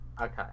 Okay